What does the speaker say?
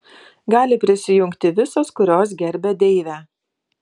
gali prisijungti visos kurios gerbia deivę